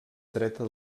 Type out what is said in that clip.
dreta